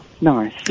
nice